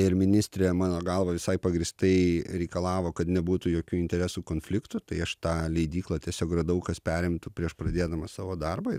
ir ministrė mano galva visai pagrįstai reikalavo kad nebūtų jokių interesų konfliktų tai aš tą leidyklą tiesiog radau kas perimtų prieš pradėdamas savo darbą ir